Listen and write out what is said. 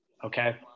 Okay